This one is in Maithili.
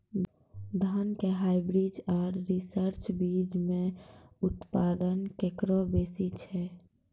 धान के हाईब्रीड और रिसर्च बीज मे उत्पादन केकरो बेसी छै?